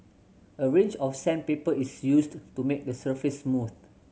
a range of sandpaper is used to make the surface smooth